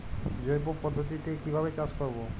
জৈব পদ্ধতিতে কিভাবে চাষ করব?